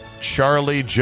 Charlie